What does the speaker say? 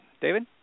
David